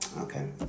okay